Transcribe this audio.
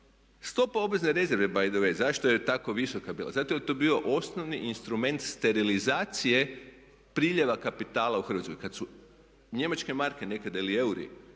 Stopa obvezne rezerve by the way zašto je tako visoka bila? Zato jer je to bio osnovni instrument sterilizacije priljeva kapitala u Hrvatskoj. Kad su njemačke marke nekada ili euri